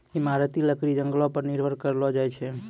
इमारती लकड़ी जंगलो पर निर्भर करलो जाय छै